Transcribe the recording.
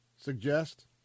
suggest